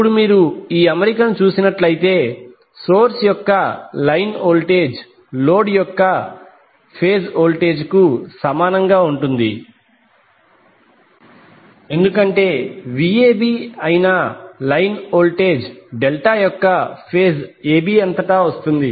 ఇప్పుడు మీరు ఈ అమరికను చూసినట్లయితే సోర్స్ యొక్క లైన్ వోల్టేజ్ లోడ్ యొక్క ఫేజ్ వోల్టేజ్ కు సమానంగా ఉంటుంది ఎందుకంటే Vab అయిన లైన్ వోల్టేజ్ డెల్టా యొక్క ఫేజ్ AB అంతటా వస్తుంది